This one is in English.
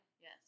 Yes